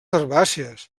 herbàcies